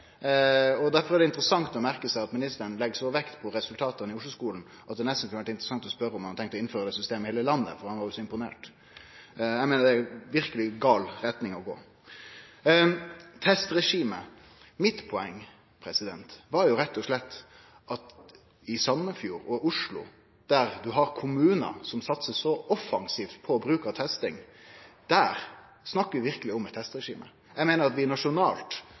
Derfor er det interessant å merke seg at ministeren legg så stor vekt på resultata i Osloskolen at det nesten kunne vere interessant å spørje om han har tenkt å innføre det systemet i heile landet, for han var jo så imponert. Eg meiner verkeleg det er å gå i feil retning. Til det med testregime: Mitt poeng var rett og slett at når det gjeld Sandefjord og Oslo, som er kommunar som satsar offensivt på bruk av testing, snakkar vi verkeleg om eit testregime. Eg meiner at vi nasjonalt ikkje har eit testregime i